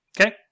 Okay